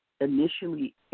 initially